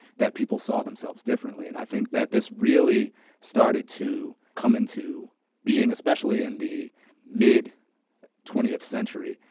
that people saw themselves differently. and i think that this really started to come into being especially in the mid twentieth century,